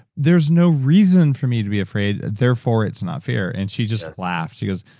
there's no reason for me to be afraid, therefore, it's not fear. and she just laughed she goes,